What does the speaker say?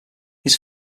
his